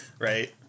Right